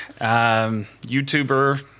YouTuber